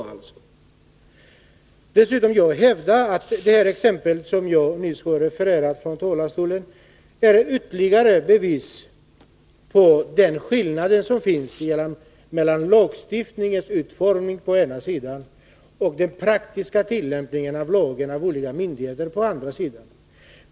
Jag hävdar dessutom att det exempel som jag nyss refererat från talarstolen är ett bevis på den skillnad som finns mellan lagstiftningens utformning å ena sidan och den praktiska tillämpningen av lagen hos olika myndigheter å andra sidan.